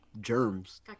germs